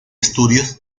estudios